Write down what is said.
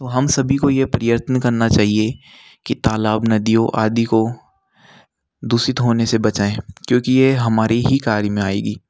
तो हम सभी को यह प्रयत्न करना चाहिए कि तालाब नदियों आदि को दूषित होने से बचाएँ क्योंकि ये हमारी ही कार्य में आएगी